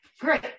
Great